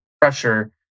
pressure